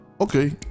okay